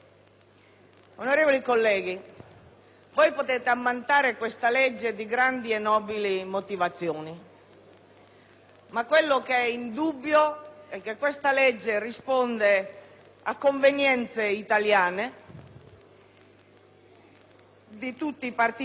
ma ciò che è indubbio è che essa risponde a convenienze italiane, di tutti i partiti politici qui rappresentati, dei maggiori, dei due più grandi, dell'Italia dei Valori e dell'UDC,